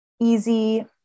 easy